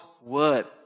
word